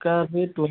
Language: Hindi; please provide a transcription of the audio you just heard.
का फिर त वही